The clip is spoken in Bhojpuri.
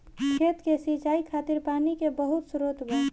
खेत के सिंचाई खातिर पानी के बहुत स्त्रोत बा